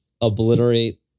obliterate